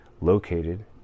located